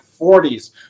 40s